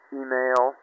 email